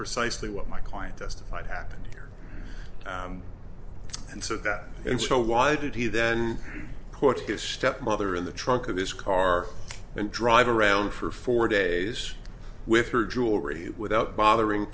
precisely what my client testified happened and so that and so why did he then put his stepmother in the trunk of his car and drive around for four days with her jewelry without bothering